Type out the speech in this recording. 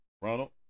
Ronald